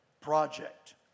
project